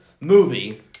movie